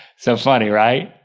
so funny, right?